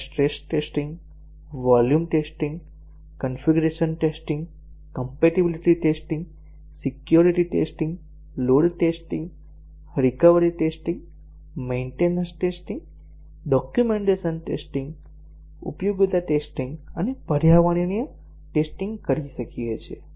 આપણે stress testing volume testing configuration testing compatibility testing security testing load testing recovery testing maintenance testing documentation testing ઉપયોગિતા testing અને પર્યાવરણીય testing કરી શકીએ છીએ